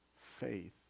faith